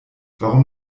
warum